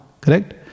correct